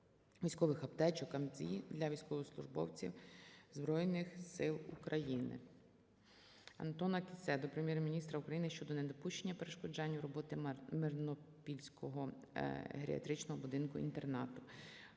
військових аптечок АМЗІ для військовослужбовців Збройних сил України. Антона Кіссе до Прем'єр-міністра України щодо недопущення перешкоджанню роботи Мирнопільського геріатричного будинку-інтернату.